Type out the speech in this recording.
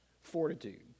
fortitude